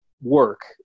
work